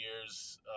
years